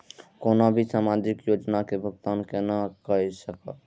कोनो भी सामाजिक योजना के भुगतान केना कई सकब?